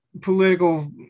political